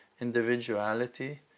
individuality